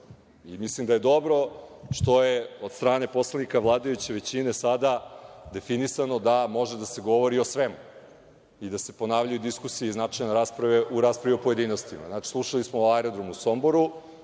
da je dobro što je od strane poslanike vladajuće većine sada definisano da može da se govori o svemu i da se ponavljaju diskusije iz načelne rasprave u raspravi o pojedinostima. Slušali smo o aerodromu u Somboru,